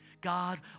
God